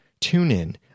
TuneIn